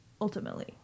ultimately